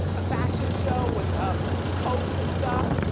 a fashion show with um coats and stuff.